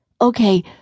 Okay